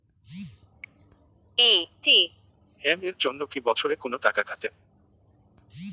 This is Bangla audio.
এ.টি.এম এর জন্যে কি বছরে কোনো টাকা কাটে?